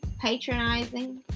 patronizing